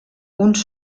uns